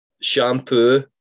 shampoo